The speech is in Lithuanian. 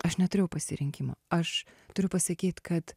aš neturėjau pasirinkimo aš turiu pasakyt kad